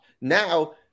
Now